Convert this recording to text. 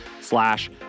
slash